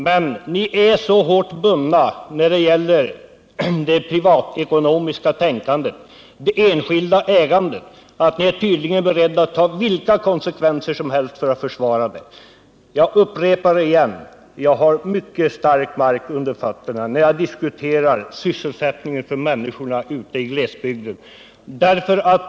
Men ni är tydligen så hårt bundna i er uppfattning om det enskilda ägandet att ni är beredda att ta vilka konsekvenser som helst för att försvara detta. Jag upprepar än en gång att jag har mycket fast mark under fötterna när jag diskuterar frågan om sysselsättningen för människorna i glesbygden.